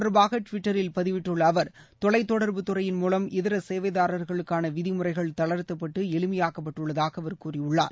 தொடர்பாகட்விட்டரில் பதிவிட்டுள்ளஅவர் தொலைத் தொடர்புத் துறையின் மூலம் இது இதரசேவைதாரர்களுக்கானவிதிமுறைகள் தளர்த்தப்பட்டுஎளிமையாக்கப்பட்டுள்ளதாகஅவர் கூறியுள்ளார்